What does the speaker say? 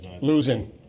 Losing